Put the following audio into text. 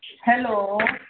hello